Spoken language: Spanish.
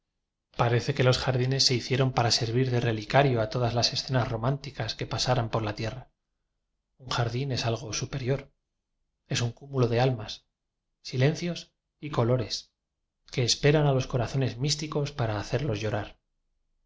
parece que los jardines se hicieron para servir de relicario a todas las escenas románticas que pasaran por la tie rra un jardín es algo superior es un cú mulo de almas silencios y colores que esperan a los corazones místicos para ha cerlos llorar